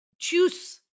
choose